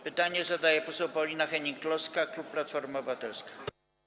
Pytanie zadaje poseł Paulina Hennig-Kloska, klub Platforma Obywatelska.